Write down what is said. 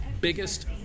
biggest